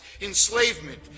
enslavement